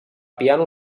piano